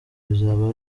bizaba